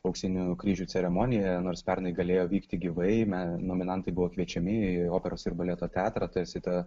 auksinių kryžių ceremonija nors pernai galėjo vykti gyvai nominantai buvo kviečiami į operos ir baleto teatrą tarsi ta